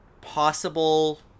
possible